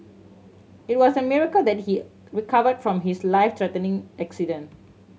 it was a miracle that he recovered from his life threatening accident